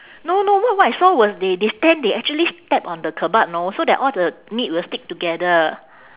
no no what what I saw was they they stand they actually step on the kebab know so that all the meat will stick together